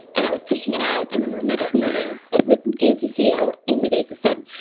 and i was pushing it out. and then the next morning, dnc ceo amy dacey said,